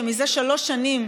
שמזה שלוש שנים,